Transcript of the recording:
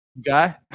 guy